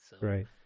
Right